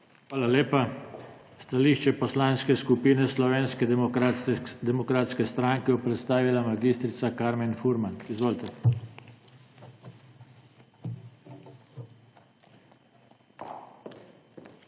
Hvala lepa. Stališče Poslanske skupine Slovenske demokratske stranke bo predstavila mag. Karmen Furman. Izvolite. MAG.